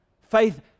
Faith